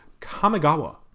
Kamigawa